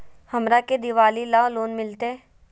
हमरा के दिवाली ला लोन मिलते?